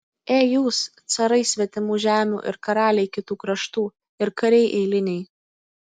ei jūs carai svetimų žemių ir karaliai kitų kraštų ir kariai eiliniai